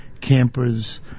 campers